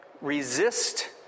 Resist